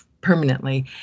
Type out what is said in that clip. permanently